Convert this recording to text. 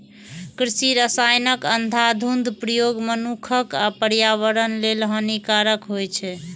कृषि रसायनक अंधाधुंध प्रयोग मनुक्ख आ पर्यावरण लेल हानिकारक होइ छै